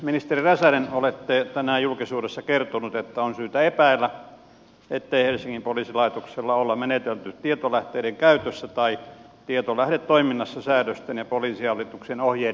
ministeri räsänen olette tänään julkisuudessa kertonut että on syytä epäillä ettei helsingin poliisilaitoksella olla menetelty tietolähteiden käytössä tai tietolähdetoiminnassa säädösten ja poliisihallituksen ohjeiden mukaisesti